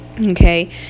Okay